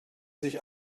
sich